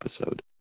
episode